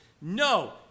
No